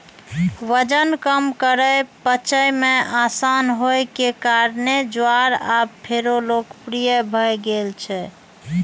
वजन कम करै, पचय मे आसान होइ के कारणें ज्वार आब फेरो लोकप्रिय भए गेल छै